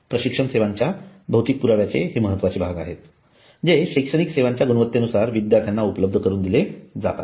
प्रशिक्षण सेवांच्या भौतिक पुराव्याचे हे महत्त्वाचे भाग आहेत जे शैक्षणिक सेवांच्या गुणवत्तेनुसार विद्यार्थ्यांना उपलब्ध करून दिले जातात